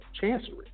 chancery